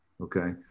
okay